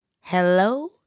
Hello